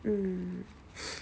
mm